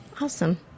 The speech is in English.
Awesome